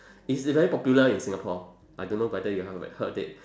it's very popular in singapore I don't know whether you have heard it